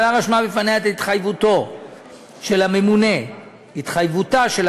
הוועדה רשמה לפניה את התחייבותה של הממונה שאין